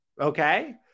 okay